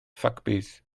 ffacbys